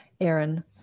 Aaron